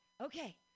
okay